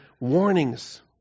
warnings